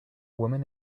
woman